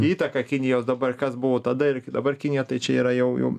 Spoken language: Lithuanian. įtaka kinijos dabar kas buvo tada ir dabar kinija tai čia yra jau jau